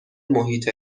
محیط